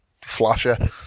flasher